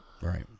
Right